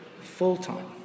full-time